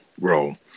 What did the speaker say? role